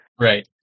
Right